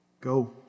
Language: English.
Go